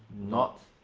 not.